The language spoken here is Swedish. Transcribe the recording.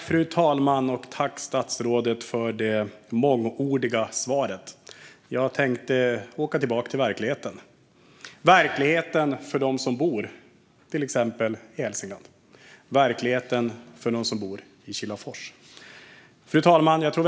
Fru talman! Tack för det mångordiga svaret, statsrådet! Jag tänkte åka tillbaka till verkligheten - verkligheten för dem som bor i exempelvis Hälsingland och Kilafors. Fru talman!